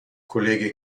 kollege